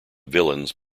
villains